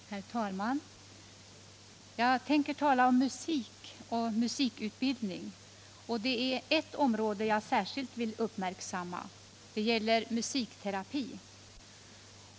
Herr talman! Jag tänker tala om musik och musikutbildning, och det är eft område jag särskilt vill uppmärksamma. Det gäller musikterapi!